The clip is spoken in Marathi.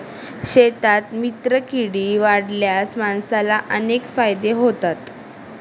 शेतात मित्रकीडी वाढवल्यास माणसाला अनेक फायदे होतात